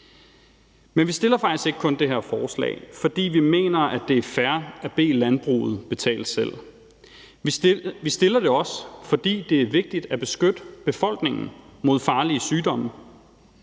Men vi fremsætter faktisk ikke kun det her forslag, fordi vi mener, at det er fair at bede landbruget betale selv, men vi fremsætter det også, fordi det er vigtigt at beskytte befolkningen mod farlige sygdomme.